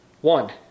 one